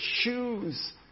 choose